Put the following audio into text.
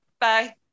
Bye